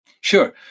Sure